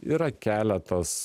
yra keletas